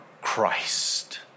Christ